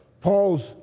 Paul's